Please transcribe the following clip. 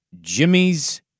Jimmy's